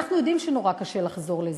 ואנחנו יודעים שנורא קשה לחזור לזה.